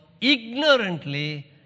ignorantly